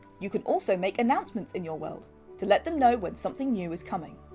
you can also make announcements in your world to let them know when something new is coming!